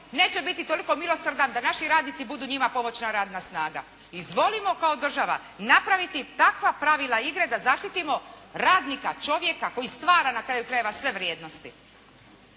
neće biti toliko milosrdan da naši radnici budu njima pomoćna radna snaga. Izvolimo kao država napraviti takva pravila igre da zaštitimo radnika, čovjeka koji stvara na kraju krajeva sve vrijednosti.